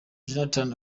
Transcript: jonathan